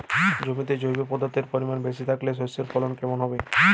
জমিতে জৈব পদার্থের পরিমাণ বেশি থাকলে শস্যর ফলন কেমন হবে?